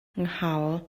nghawl